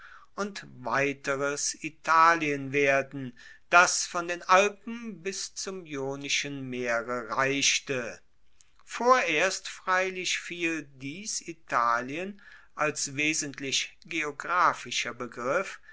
und weiteres italien werden das von den alpen bis zum ionischen meere reichte vorerst freilich fiel dies italien als wesentlich geographischer begriff